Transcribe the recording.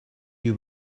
you